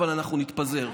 אבל אנחנו נתפזר.